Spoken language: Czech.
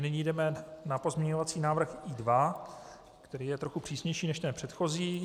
Nyní jdeme na pozměňovací návrh I2, který je trochu přísnější než ten předchozí.